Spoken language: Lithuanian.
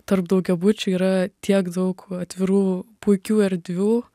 tarp daugiabučių yra tiek daug atvirų puikių erdvių